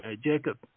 Jacob